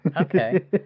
Okay